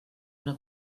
una